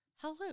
Hello